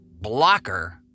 Blocker